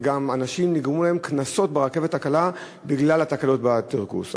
לאנשים גם נגרמו קנסות ברכבת הקלה בגלל התקלות בכרטוס.